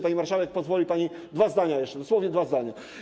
Pani marszałek, pozwoli pani, że powiem jeszcze dosłownie dwa zdania.